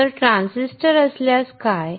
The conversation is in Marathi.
तर ट्रान्झिस्टर असल्यास काय